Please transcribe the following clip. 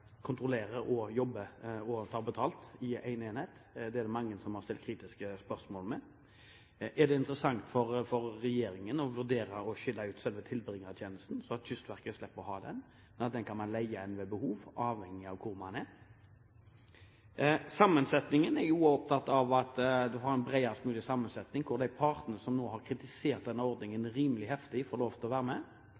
og jobber og tar betalt i en enhet. Det er det mange som har stilt kritiske spørsmål ved. Er det interessant for regjeringen å vurdere å skille ut selve tilbringertjenesten, slik at Kystverket slipper å ha den, og at man kan leie den ved behov, avhengig av hvor man er? Når det gjelder sammensetningen, er man opptatt av at man har en bredest mulig sammensetning, hvor de partene som nå har kritisert den ordningen